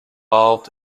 involved